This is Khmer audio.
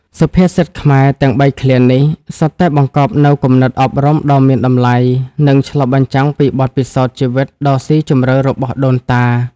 សុភាសិតខ្មែរទាំងបីឃ្លានេះ សុទ្ធតែបង្កប់នូវគំនិតអប់រំដ៏មានតម្លៃ និងឆ្លុះបញ្ចាំងពីបទពិសោធន៍ជីវិតដ៏ស៊ីជម្រៅរបស់ដូនតា។